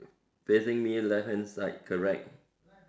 facing me left hand side correct